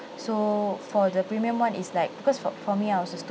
so for the premium one is like because for for me I was a